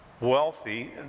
wealthy